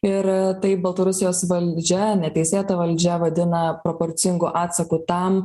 ir tai baltarusijos valdžia neteisėta valdžia vadina proporcingu atsaku tam